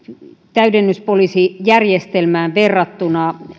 täydennyspoliisijärjestelmään verrattuna